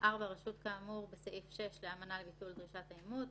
לא היתה כוונה לשנות את המהות,